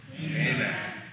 Amen